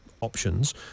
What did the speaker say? options